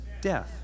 death